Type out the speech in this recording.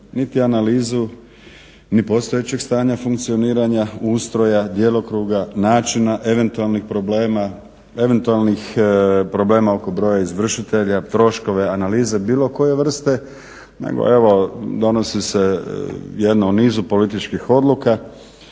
niti analizu ni postojećeg stanja funkcioniranja ustroja, djelokruga, načina eventualnih problema, eventualnih problema oko broja izvršitelja, troškove analize bilo koje vrste nego evo donosi se jedna u nizu političkih odluka,